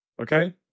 Okay